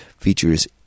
features